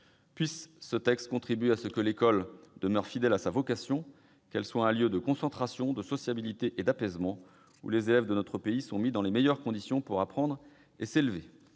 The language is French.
Puisse ce texte contribuer à ce que l'école demeure fidèle à sa vocation : qu'elle soit un lieu de concentration, de sociabilité et d'apaisement, où les élèves de notre pays sont mis dans les meilleures conditions pour apprendre et s'élever.